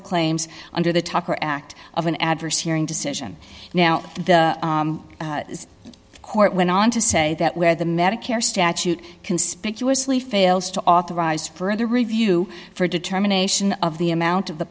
claims under the talker act of an adverse hearing decision now the court went on to say that where the medicare statute conspicuously fails to authorize further review for determination of the amount of the